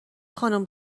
خانم